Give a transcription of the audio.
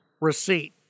receipt